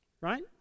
right